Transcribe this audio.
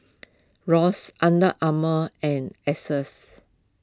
Rose Under Armour and Asics